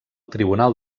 tribunal